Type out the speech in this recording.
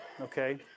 Okay